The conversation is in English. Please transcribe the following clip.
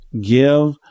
give